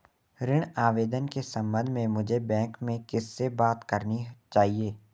ऋण आवेदन के संबंध में मुझे बैंक में किससे बात करनी चाहिए?